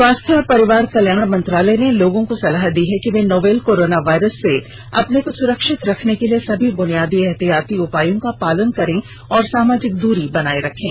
स्वास्थ्य और परिवार कल्याण मंत्रालय ने लोगों को सलाह दी है कि वे नोवल कोरोना वायरस से अपने को सुरक्षित रखने के लिए सभी बुनियादी एहतियाती उपायों का पालन करें और सामाजिक दूरी बनाए रखें